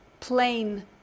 Plain